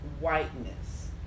whiteness